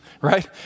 right